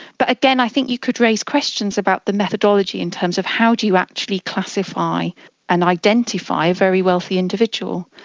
but again, i think you could raise questions about the methodology in terms of how do you actually classify and identify a very wealthy individual.